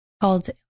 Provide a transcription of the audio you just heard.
called